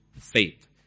faith